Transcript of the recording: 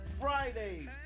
Fridays